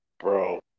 bro